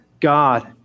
God